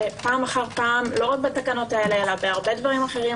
שפעם אחר פעם לא רק בתקנות האלה אלא גם בהרבה דברים אחרים